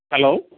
hello